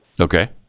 Okay